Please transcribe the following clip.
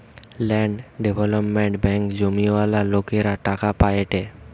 land development ব্যাঙ্কে জমিওয়ালা লোকরা টাকা পায়েটে